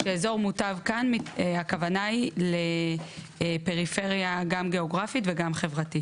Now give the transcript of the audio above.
שאזור מוטב פירושו פריפריה גיאוגרפית וחברתית.